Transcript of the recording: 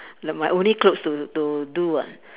like my only clothes to to do what